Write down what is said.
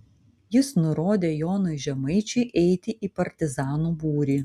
jis nurodė jonui žemaičiui eiti į partizanų būrį